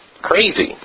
crazy